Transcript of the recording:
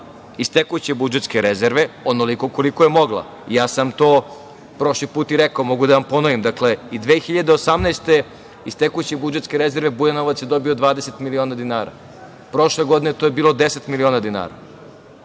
iz tekuće budžetske rezerve onoliko koliko je mogla. Ja sam to prošli put i rekao, mogu da vam ponovim, dakle, i 2018. iz tekuće budžetske rezerve Bujanovac je dobio 20 miliona dinara. Prošle godine to je bilo 10 miliona dinara.